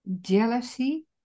jealousy